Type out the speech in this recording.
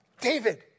David